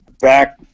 back